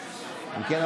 אם כן,